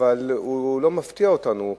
אבל הוא לא מפתיע אותנו.